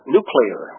Nuclear